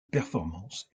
performances